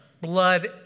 blood